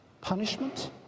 punishment